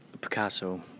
Picasso